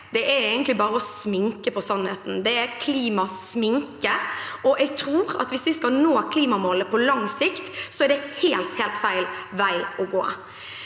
er egentlig bare å sminke sannheten. Det er klimasminke. Jeg tror at hvis vi skal nå klimamålet på lang sikt, er det helt feil vei å gå.